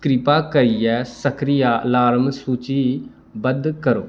किरपा करियै सक्रिय अलार्म सूचीबद्ध करो